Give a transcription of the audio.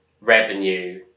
revenue